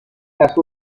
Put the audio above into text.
کسب